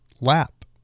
lap